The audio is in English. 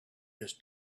his